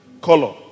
color